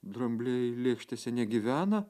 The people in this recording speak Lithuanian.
drambliai lėkštėse negyvena